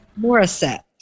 Morissette